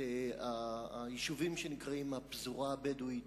היישובים שנקראים "הפזורה הבדואית",